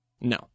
No